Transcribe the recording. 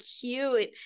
cute